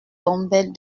tombait